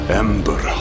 ember